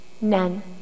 None